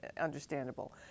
understandable